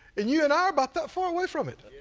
and you and i are about that far away from it.